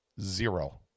zero